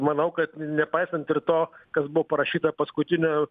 manau kad nepaisant ir to kas buvo parašyta paskutiniu